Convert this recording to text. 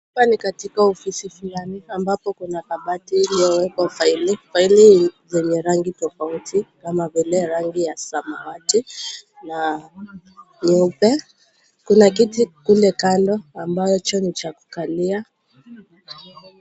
Hapa ni katika ofisi fulani ambapo kuna kabati iliyowekwa faili. Faili zenye rangi tofauti kama vile rangi ya samawati na nyeupe. Kuna kiti kule kando ambacho ni cha kukalia.